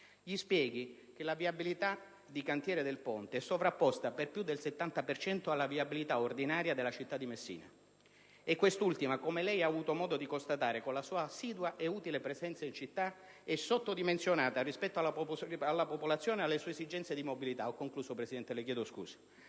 al Ministro che la viabilità di cantiere del Ponte è sovrapposta per più del 70 per cento alla viabilità ordinaria della città di Messina e che quest'ultima, come lei ha avuto modo di constatare con la sua assidua ed utile presenza in città, è sottodimensionata rispetto alla popolazione, alle sue esigenze di mobilità e alle eventuali esigenze di